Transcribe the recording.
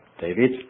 David